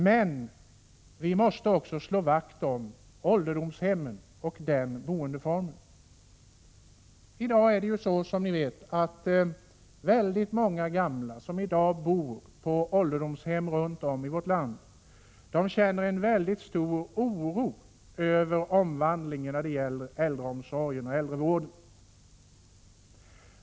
Men vi måste också slå vakt om ålderdomshemmen och den boendeformen. I dag är det som ni vet så att många gamla som bor på ålderdomshem runt om i vårt land känner en stor oro över omvandlingen när det gäller äldreomsorgen och äldrevården.